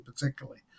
particularly